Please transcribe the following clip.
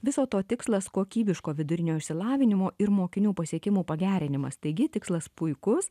viso to tikslas kokybiško vidurinio išsilavinimo ir mokinių pasiekimų pagerinimas taigi tikslas puikus